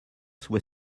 soit